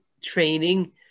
training